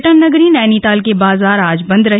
पर्यटन नगरी नैनीताल के बाजार आज बंद रहे